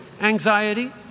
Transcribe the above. anxiety